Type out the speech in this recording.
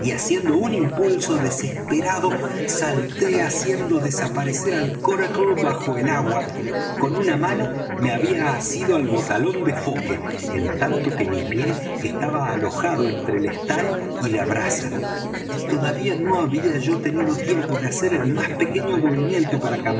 haciendo un impulso desesperado salté haciendo desaparecer al coracle bajo el agua con una mano me había asido al botalón de foque en tanto que mi pie estaba alojado entre el estay y la braza y todavía no había yo tenido tiempo de hacer el más pequeño movimiento para